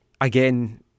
again